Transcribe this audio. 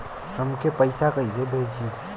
हमके पैसा कइसे भेजी?